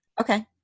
Okay